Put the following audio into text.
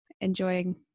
enjoying